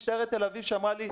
משטרת תל אביב שאמרה לי,